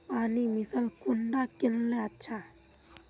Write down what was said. पानी मशीन कुंडा किनले अच्छा?